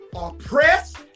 oppressed